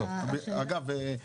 אגב,